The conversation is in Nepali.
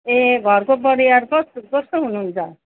ए घरको परिवार कस्तो कस्तो हुनुहुन्छ